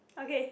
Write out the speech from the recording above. okay